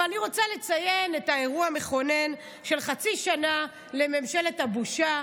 אבל אני רוצה לציין את האירוע המכונן של חצי שנה לממשלת הבושה,